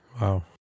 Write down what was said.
Wow